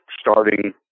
starting